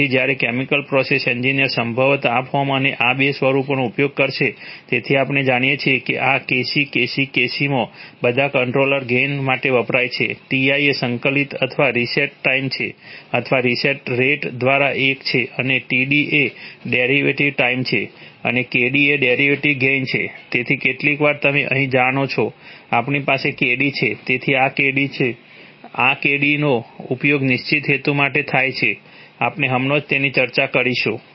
તેથી જ્યારે chemical process engineers સંભવતઃ આ ફોર્મ અને આ બે સ્વરૂપોનો ઉપયોગ કરશે તેથી આપણે જાણીએ છીએ કે આ Kc Kc' Kc માં બધા કંટ્રોલર ગેઇન માટે વપરાય છે Ti એ સંકલિત અથવા રીસેટ ટાઈમ છે અથવા રીસેટ રેટ દ્વારા એક છે અને Td એ ડેરિવેટિવ ટાઈમ છે અને Kd એ ડેરિવેટિવ ગેઇન છે તેથી કેટલીકવાર તમે અહીં જાણો છો આપણી પાસે Kd છે તેથી આ Kd છે આ Kd નો ઉપયોગ નિશ્ચિત હેતુ માટે થાય છે આપણે હમણાં જ તેની ચર્ચા કરીશું